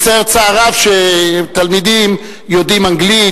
מצטער צער רב שתלמידים יודעים אנגלית,